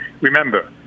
Remember